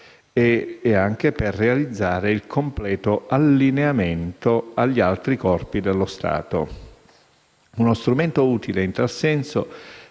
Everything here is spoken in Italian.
e anche per realizzare il completo allineamento agli altri Corpi dello Stato. Uno strumento utile in tal senso